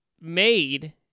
made